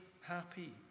happy